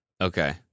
okay